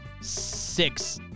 six